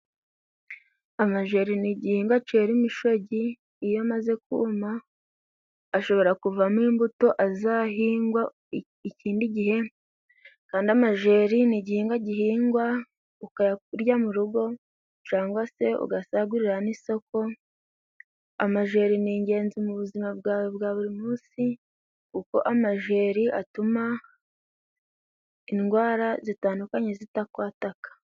Amajeri ni igihingwa cera imoshogi. Iyo amaze kuma ashobora kuvamo imbuto azahingwa ikindi gihe, kandi amajeri ni igihingwa gihingwa ukayarya mu rugo. Cangwa se ugasagurira n'isoko. Amajeri ni ingenzi mu buzima bwawe bwa buri munsi, kuko amajeri atuma indwara zitandukanye zitakwataka.